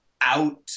out